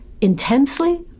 intensely